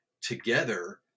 together